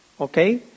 Okay